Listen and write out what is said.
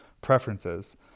preferences